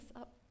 up